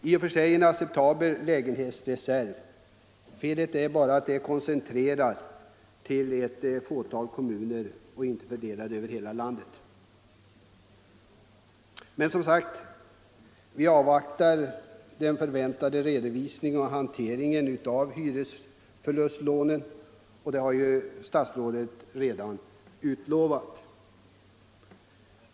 I och för sig är det en acceptabel lägenhetsreserv — felet är bara att den är koncentrerad till ett fåtal kommuner och inte fördelad över hela landet. Men, som sagt, vi avvaktar den förväntade redovisningen av hanteringen av hyresförlustlånen, som statsrådet f.ö. redan har utlovat.